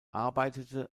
arbeitete